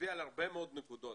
מצביע על הרבה מאוד נקודות,